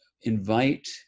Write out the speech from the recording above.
invite